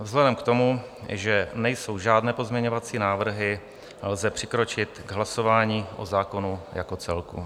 Vzhledem k tomu, že nejsou žádné pozměňovací návrhy, lze přikročit k hlasování o zákonu jako celku.